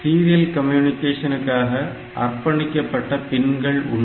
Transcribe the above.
serial கம்யூனிகேஷனுக்காக அர்ப்பணிக்கப்பட்ட பின்கள் உண்டு